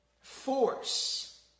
force